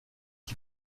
die